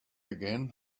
again